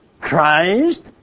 Christ